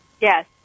Yes